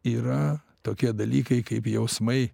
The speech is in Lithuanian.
yra tokie dalykai kaip jausmai